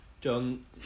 John